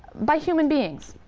by human beings.